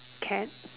cat